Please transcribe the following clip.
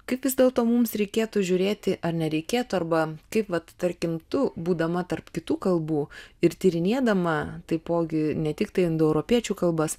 kaip vis dėlto mums reikėtų žiūrėti ar nereikėtų arba kaip vat tarkim tu būdama tarp kitų kalbų ir tyrinėdama taipogi ne tiktai indoeuropiečių kalbas